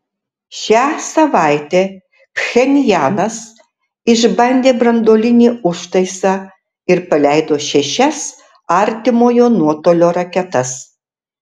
šią savaitę pchenjanas išbandė branduolinį užtaisą ir paleido šešias artimojo nuotolio raketas